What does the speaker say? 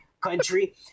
country